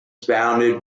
founded